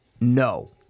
no